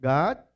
God